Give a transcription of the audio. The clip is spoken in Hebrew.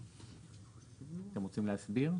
אתם רוצים להסביר?